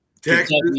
Texas